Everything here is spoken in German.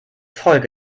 folge